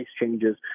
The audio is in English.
changes